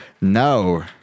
No